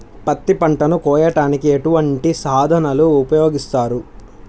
పత్తి పంటను కోయటానికి ఎటువంటి సాధనలు ఉపయోగిస్తారు?